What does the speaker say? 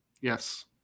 Yes